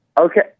Okay